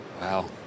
Wow